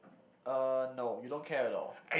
uh no you don't care at all